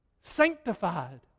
Sanctified